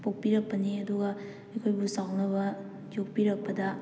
ꯄꯣꯛꯄꯤꯔꯛꯄꯅꯤ ꯑꯗꯨꯒ ꯑꯩꯈꯣꯏꯕꯨ ꯆꯥꯎꯅꯕ ꯌꯣꯛꯄꯤꯔꯛꯄꯗ